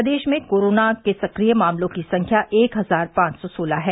प्रदेश में कोरोना के सक्रिय मामलों की संख्या एक हजार पांच सौ सोलह है